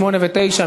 8 ו-9,